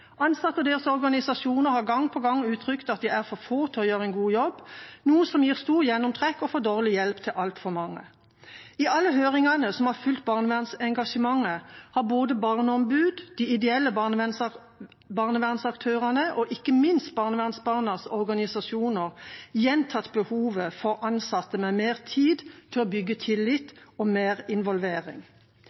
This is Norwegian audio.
Ansatte og deres organisasjoner har gang på gang uttrykt at de er for få til å gjøre en god jobb, noe som gir stort gjennomtrekk og for dårlig hjelp til altfor mange. I alle høringene som har fulgt barnevernsengasjementet, har både barneombud, de ideelle barnevernsaktørene og ikke minst barnevernsbarnas organisasjoner gjentatt behovet for ansatte med mer tid til å bygge tillit, og mer involvering.